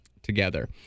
together